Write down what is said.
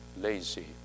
lazy